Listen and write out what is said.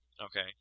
Okay